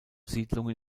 siedlungen